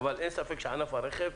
אין ספק שזה ענף הרכב,